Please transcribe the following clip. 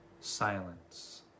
silence